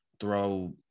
throw